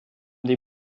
des